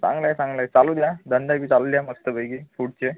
चांगलं आहे चांगलं आहे चालू द्या धंदा चालू द्या मस्तपैकी फ्रूटचे